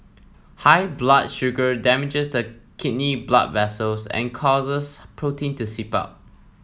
high blood sugar damages the kidney blood vessels and causes protein to seep out